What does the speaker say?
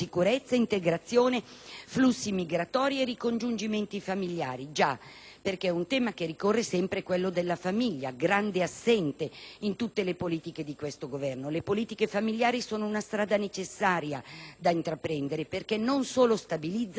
flussi migratori e ricongiungimenti familiari. Già, perché un tema che ricorre sempre è quello della famiglia, grande assente in tutte le politiche di questo Governo. Le politiche familiari sono una strada necessaria da intraprendere, perché non solo stabilizzano, ma sono fondamentali